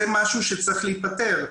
זה משהו שצריך להיפתר.